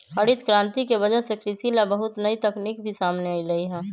हरित करांति के वजह से कृषि ला बहुत नई तकनीक भी सामने अईलय है